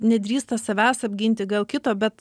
nedrįsta savęs apginti gal kito bet